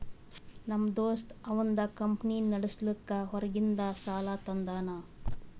ನಮ್ ದೋಸ್ತ ಅವಂದ್ ಕಂಪನಿ ನಡುಸ್ಲಾಕ್ ಹೊರಗಿಂದ್ ಸಾಲಾ ತಂದಾನ್